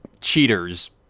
cheaters